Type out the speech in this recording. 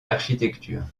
l’architecture